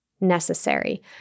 necessary